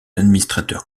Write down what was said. administrateur